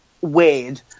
weird